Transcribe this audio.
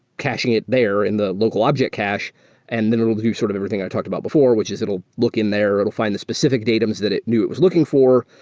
caching it there in the local object cache and then it will do sort of everything i talked about before, which is it will look in there. it will find the specific datums that it knew it was looking for,